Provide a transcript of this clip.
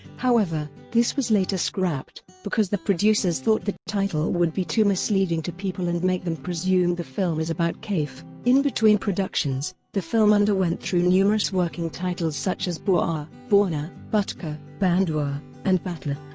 however, this was later scrapped, because the producers thought the title would be too misleading to people and make them presume the film is about kaif. in between productions, the film underwent through numerous working titles such as bauaa, bauna, butka, bandhua and batla.